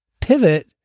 pivot